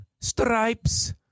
Stripes